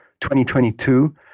2022